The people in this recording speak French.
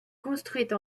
construite